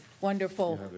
Wonderful